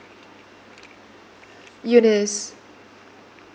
eunice